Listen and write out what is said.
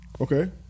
Okay